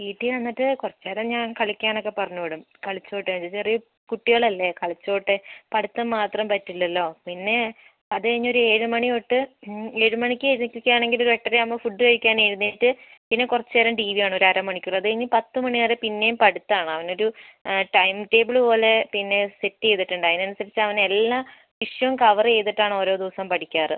വീട്ടിൽ വന്നിട്ട് കുറച്ച് നേരം ഞാൻ കളിക്കാൻ ഒക്കെ പറഞ്ഞു വിടും കളിച്ചോട്ടെ ചെറിയ കുട്ടികൾ അല്ലേ കളിച്ചോട്ടെ പഠിത്തം മാത്രം പറ്റിലല്ലോ പിന്നെ അത് കഴിഞ്ഞ് ഒരു ഏഴ് മണി തൊട്ട് ഏഴ് മണിക്ക് എഴുതിപ്പിക്കുക ആണെങ്കിൽ ഒരു എട്ടര ആവുമ്പോൾ ഫുഡ് കഴിക്കാൻ എഴുന്നേറ്റ് പിന്നെ കുറച്ച് നേരം ടി വി കാണും ഒരു അര മണിക്കൂർ അത് കഴിഞ്ഞ് പത്തു മണി വരെ പിന്നെയും പഠിത്തം ആണ് അവന് ഒരു ടൈംടേബിൾ പോലെ പിന്നെ സെറ്റ് ചെയ്തിട്ടുണ്ട് അതിന് അനുസരിച്ച് അവൻ എല്ലാ വിഷയവും കവർ ചെയ്തിട്ടാണ് ഓരോ ദിവസവും പഠിക്കാറ്